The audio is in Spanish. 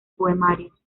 poemarios